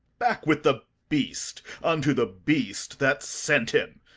back with the beast unto the beast that sent him!